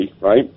right